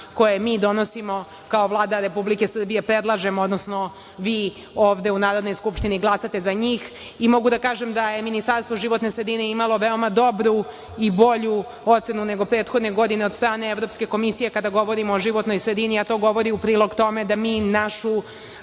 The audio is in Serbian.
koje mi donosimo kao Vlada Republike Srbije, mi predlažemo, odnosno vi ovde u Narodnoj skupštini glasate za njih. Mogu da kažem da je Ministarstvo životne sredine imalo je veoma dobru i bolju ocenu nego prethodne godine od strane Evropske komisije kada govorimo o životnoj sredini, a to govori u prilog tome da mi našu